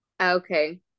Okay